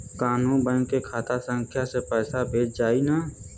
कौन्हू बैंक के खाता संख्या से पैसा भेजा जाई न?